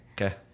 okay